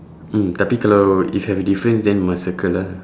mm tapi kalau if have difference then must circle lah